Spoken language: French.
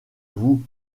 vous